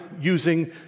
using